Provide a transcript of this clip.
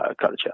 culture